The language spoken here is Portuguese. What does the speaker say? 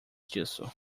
disso